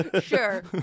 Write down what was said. Sure